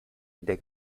der